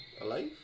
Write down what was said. alive